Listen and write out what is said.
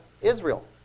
Israel